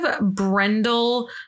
Brendel